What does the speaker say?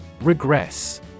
regress